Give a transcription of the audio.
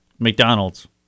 mcdonald's